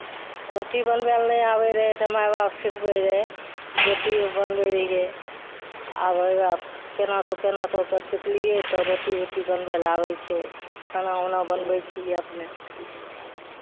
रोटी बनबय लए नहि आबैत रहय तऽ माय बाप सिखबैत रहय रोटी बनबैत रहियै आब केना तऽ केना तऽ सिखलियै तऽ रोटी उटी बनबय लए आबै छै खाना उना बनबै छियै अपने